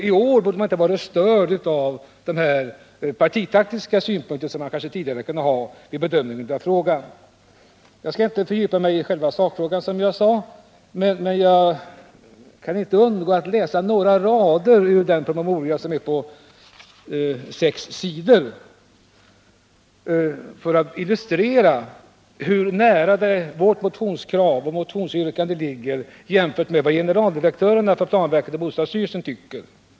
I år har man inte varit störd av de partitaktiska synpunkter som man tidigare kanske kunde lägga på bedömningen av denna fråga. Jag skall inte fördjupa mig i själva sakfrågan, men jag kan inte undgå att läsa upp några rader ur den nämnda promemorian på sex sidor för att illustrera hur nära vårt motionsyrkande ligger vad generaldirektörerna för planverket och bostadsstyrelsen tycker.